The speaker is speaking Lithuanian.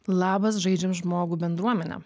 labas žaidžiam žmogų bendruomene